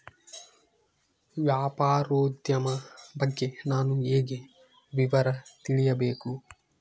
ವ್ಯಾಪಾರೋದ್ಯಮ ಬಗ್ಗೆ ನಾನು ಹೇಗೆ ವಿವರ ತಿಳಿಯಬೇಕು?